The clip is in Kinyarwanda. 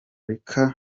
rica